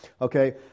Okay